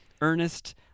Ernest